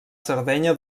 sardenya